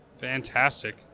Fantastic